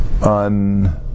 on